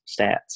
stats